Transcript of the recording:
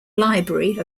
library